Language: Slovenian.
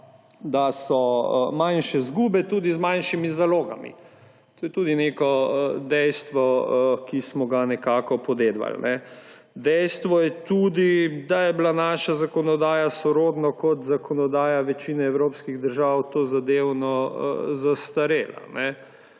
da so manjše zgube tudi z manjšimi zalogami. To je tudi neko dejstvo, ki smo ga nekako podedovali. Dejstvo je tudi, da je bila naša zakonodaja, podobno kot zakonodaja večine evropskih držav, tozadevno zastarela.